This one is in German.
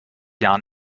jahren